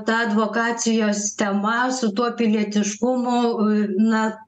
ta advokacijos tema su tuo pilietiškumu a na